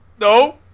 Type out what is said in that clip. No